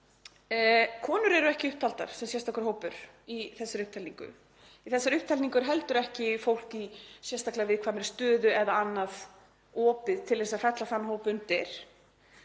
Konur eru ekki upptaldar sem sérstakur hópur í þessari upptalningu. Í þessari upptalningu er heldur ekki fólk í sérstaklega viðkvæmri stöðu eða annað opið til að fella þann hóp undir.